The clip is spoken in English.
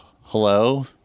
hello